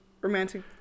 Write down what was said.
romantic